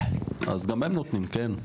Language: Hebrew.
אז גם הם נותנים, כן.